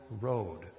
road